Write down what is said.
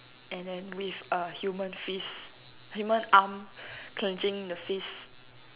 and then with a human fist human arm clenching the fist